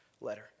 letter